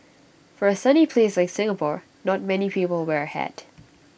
for A sunny place like Singapore not many people wear A hat